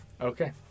Okay